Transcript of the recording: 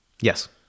Yes